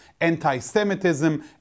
anti-Semitism